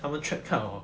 他们 track 到 hor